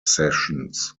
sessions